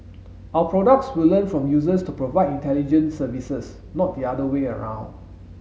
our products will learn from users to provide intelligent services not the other way around